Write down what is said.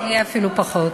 זה יהיה אפילו פחות.